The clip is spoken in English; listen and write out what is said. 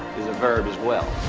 is a verb as well